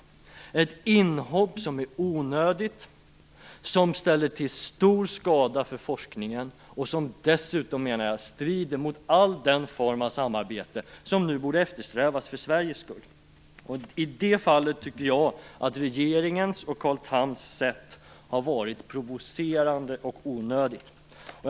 Det är ett inhopp som är onödigt, som ställer till stor skada för forskningen och som dessutom strider mot all den form av samarbete som nu borde eftersträvas för Sveriges skull. I det fallet tycker jag att regeringens och Carl Thams sätt har varit provocerande och onödigt.